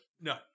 No